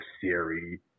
Siri